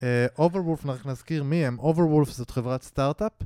אה, overwolf אנחנו נזכיר מי הם, overwolf זאת חברת סטארט-אפ